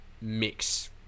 mix